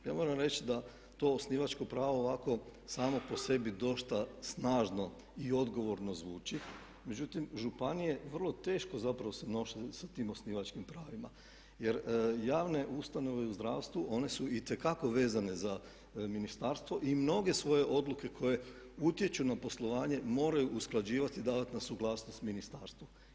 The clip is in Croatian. Ja moram reći da to osnivačko pravo ovako samo po sebi dosta snažno i odgovorno zvuči, međutim županije vrlo teško zapravo se nose sa tim osnivačkim pravima jer javne ustanove u zdravstvu one su itekako vezane za ministarstvo i mnoge svoje odluke koje utječu na poslovanje moraju usklađivati i davati na suglasnost ministarstvu.